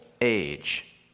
age